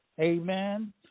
Amen